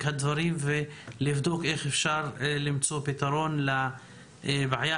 הדברים ולבדוק איך אפשר למצוא פתרון לבעיה.